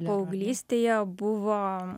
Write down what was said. paauglystėje buvo